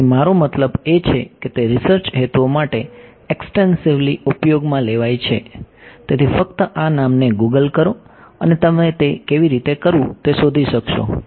તેથી મારો મતલબ એ છે કે તે રીસર્ચ હેતુઓ માટે એક્સ્ટેન્શીવલી ઉપયોગમાં લેવાય છે તેથી ફક્ત આ નામને ગૂગલ કરો અને તમે તે કેવી રીતે કરવું તે શોધી શકશો